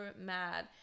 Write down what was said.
mad